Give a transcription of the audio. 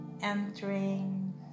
entering